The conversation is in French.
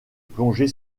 plongée